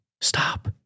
Stop